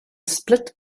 split